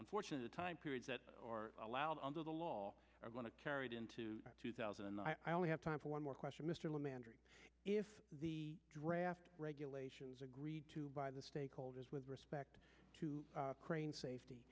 unfortunate time periods that or allowed under the law are going to carry it into two thousand and i only have time for one more question mr manders if the draft regulations agreed to by the stakeholders with respect to crane safety